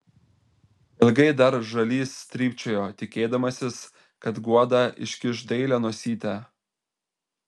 ilgai dar žalys trypčioja tikėdamasis kad guoda iškiš dailią nosytę